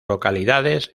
localidades